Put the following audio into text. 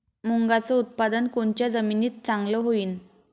मुंगाचं उत्पादन कोनच्या जमीनीत चांगलं होईन?